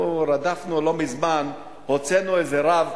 אנחנו רדפנו לא מזמן, הוצאנו איזה רב,